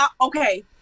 okay